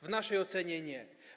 W naszej ocenie nie.